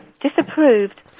disapproved